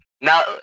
Now